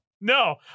no